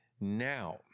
Now